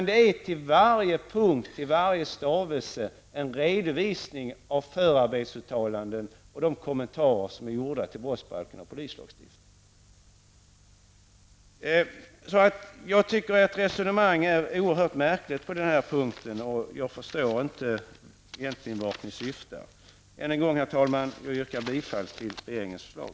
Det är till varje punkt, till varje stavelse en redovisning av förarbetsuttalanden och de kommentarer som är gjorda till brottsbalken och polislagstiftningen. Jag tycker att resonemanget är märkligt på denna punkt. Jag förstår inte egentligen vart det syftar. Än en gång, herr talman, yrkar jag bifall till regeringens förslag.